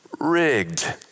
rigged